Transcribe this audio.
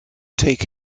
take